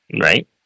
right